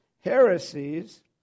heresies